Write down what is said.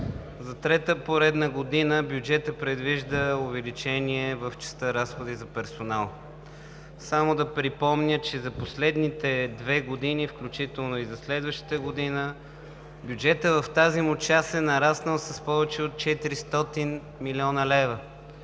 За трета поредна година бюджетът предвижда увеличение в частта „Разходи за персонал“. Само да припомня, че за последните две години, включително и за следващата година, бюджетът в тази му част е нараснал с повече от 400 милиона лева.